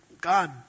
God